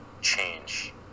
change